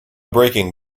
breaking